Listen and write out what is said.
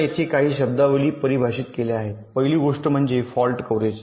आता येथे काही शब्दावली परिभाषित केल्या आहेत पहिली गोष्ट म्हणजे फॉल्ट कव्हरेज